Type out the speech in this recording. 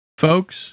Folks